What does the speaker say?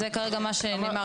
זה כרגע מה שנאמר לי.